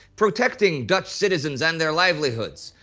protecting dutch citizens and their livelihoods.